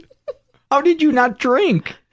how did you not drink?